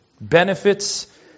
benefits